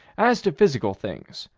as to physical things,